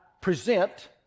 present